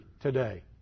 today